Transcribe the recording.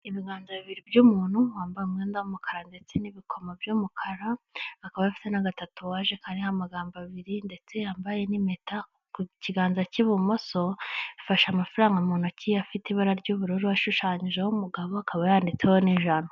Ibiganza bibiri by'umuntu wambaye umwenda w'umukara ndetse n'ibikomo by'umukara akaba afite n'agatatuwaje kariho amagambo abiri ndetse yambaye n'impeta ku kiganza k'ibumoso. Afashe amafaranga mu ntoki afite ibara ry'ubururu ashushanyjeho umugabo akaba yanditseho n'ijana.